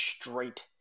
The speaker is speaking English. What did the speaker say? straight